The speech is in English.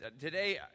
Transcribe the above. Today